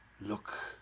Look